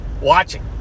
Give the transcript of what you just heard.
Watching